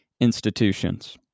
institutions